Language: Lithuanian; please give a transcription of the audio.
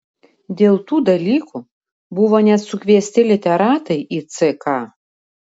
dėl tų dalykų buvo net sukviesti literatai į ck